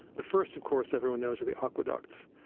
the first of course everyone knows are the aqueducts.